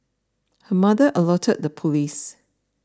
her mother alerted the police